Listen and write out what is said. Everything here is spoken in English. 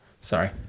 Sorry